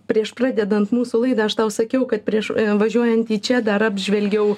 prieš pradedant mūsų laidą aš tau sakiau kad prieš važiuojant į čia dar apžvelgiau